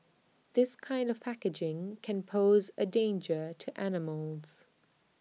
this kind of packaging can pose A danger to animals